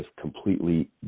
completely